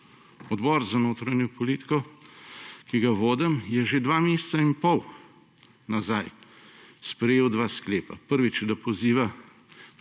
Odbor za notranjo politiko, ki ga vodim, je že dva meseca in pol nazaj sprejel dva sklepa. Prvič, da poziva